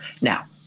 Now